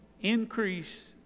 increase